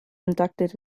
inducted